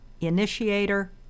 initiator